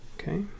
okay